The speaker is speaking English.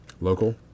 Local